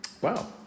Wow